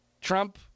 Trump